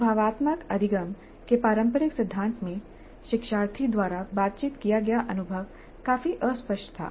अनुभवात्मक अधिगम के पारंपरिक सिद्धांत में शिक्षार्थी द्वारा बातचीत किया गया अनुभव काफी अस्पष्ट था